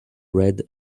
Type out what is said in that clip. red